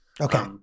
Okay